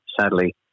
sadly